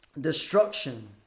destruction